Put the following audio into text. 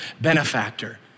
benefactor